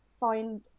Find